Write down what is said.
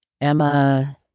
Emma